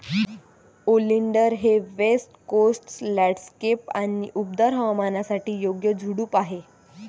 oleander हे west coast landscape आणि उबदार हवामानासाठी योग्य झुडूप आहे